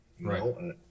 Right